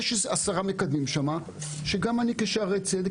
יש איזה עשרה מקדמים שם שגם אני כשערי צדק